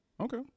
okay